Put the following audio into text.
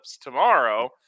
tomorrow